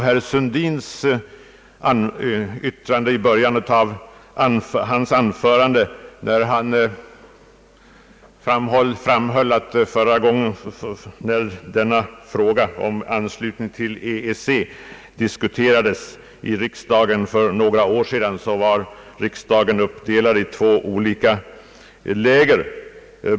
Herr Sundin framhöll i början av sitt anförande att när frågan om anslutning till EEC var aktuell för några år sedan riksdagen då var uppdelad i två olika läger.